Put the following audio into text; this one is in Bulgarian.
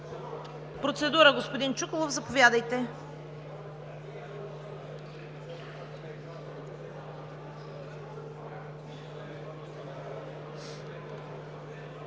Процедура – господин Чуколов, заповядайте.